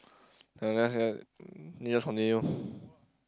I just had you just continue